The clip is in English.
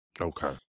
Okay